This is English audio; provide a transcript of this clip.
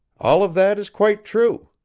all of that is quite true,